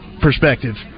perspective